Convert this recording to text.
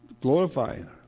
Glorifying